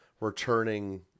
returning